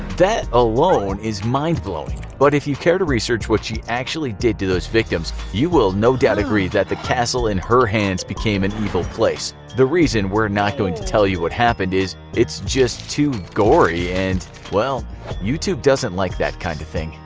that alone is mind-blowing, but if you care to research what she actually did to those victims you will no doubt agree that the castle in her hands became an evil place. the reason we're not going to tell you what happened is it's just too gory and err youtube doesn't like that kind of thing.